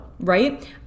right